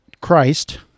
Christ